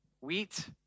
Wheat